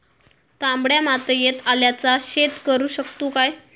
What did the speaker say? तामड्या मातयेत आल्याचा शेत करु शकतू काय?